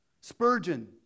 Spurgeon